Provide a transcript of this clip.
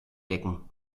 decken